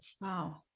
wow